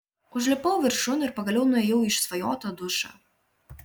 užlipau viršun ir pagaliau nuėjau į išsvajotą dušą